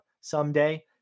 someday